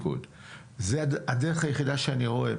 זה הדרך היחידה שאני רואה.